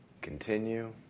Continue